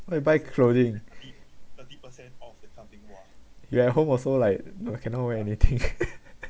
what you buy clothing you at home also like you know cannot wear anything